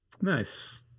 nice